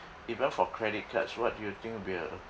even for credit card what do you think will be a